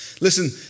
Listen